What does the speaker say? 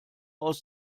aus